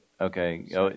Okay